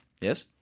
Yes